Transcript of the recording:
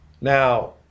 Now